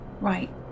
Right